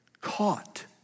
caught